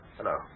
Hello